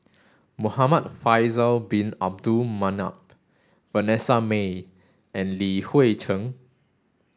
Muhamad Faisal bin Abdul Manap Vanessa Mae and Li Hui Cheng